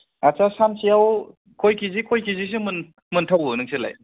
आदसा सानसेआव ख'य केजि ख'य केजि सो मोनथावो नोंसोरलाय